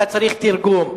אתה צריך תרגום.